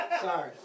sorry